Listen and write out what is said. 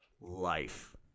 life